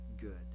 good